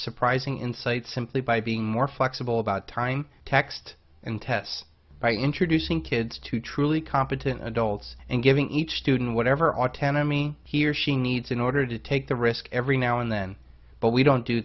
surprising insight simply by being more flexible about time text and tests by introducing kids to truly competent adults and giving each student whatever autonomy he or she needs in order to take the risk every now and then but we don't do